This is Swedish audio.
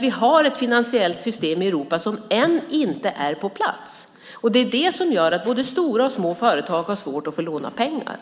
Vi har ett finansiellt system i Europa som ännu inte är på plats. Det är vad som gör att både stora och små företag har svårt att få låna pengar.